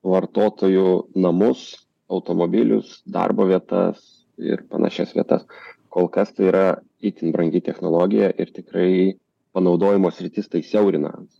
vartotojų namus automobilius darbo vietas ir panašias vietas kol kas tai yra itin brangi technologija ir tikrai panaudojimo sritis tai siaurina